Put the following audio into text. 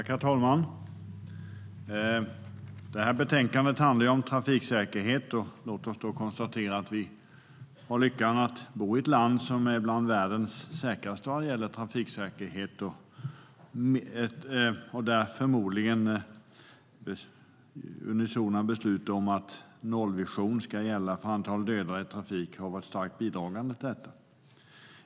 Herr talman! Det här betänkandet handlar ju om trafiksäkerhet. Låt oss då konstatera att vi har lyckan att bo i ett land som är bland världens säkraste vad gäller trafiksäkerhet. Förmodligen har unisona beslut om att nollvision för antal döda ska gälla varit starkt bidragande till detta.